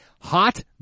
Hot